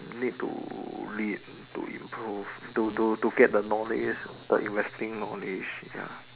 need to lead to improve to to to get the knowledge the investing knowledge ya